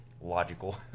logical